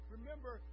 Remember